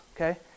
Okay